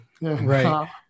Right